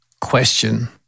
question